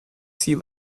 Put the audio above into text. sea